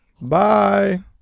Bye